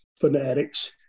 fanatics